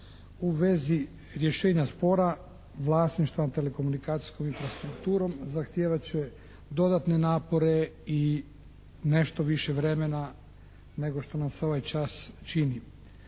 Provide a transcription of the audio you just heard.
u vezi rješenja spora vlasništva telekomunikacijskom infrastrukturom zahtijevat će dodatne napore i nešto više vremena nego što nam se ovaj čas čini.